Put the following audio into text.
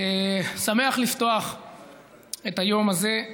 אני שמח לפתוח את היום הזה,